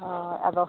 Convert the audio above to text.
ᱦᱳᱭ ᱟᱫᱚ